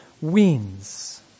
wins